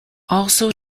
also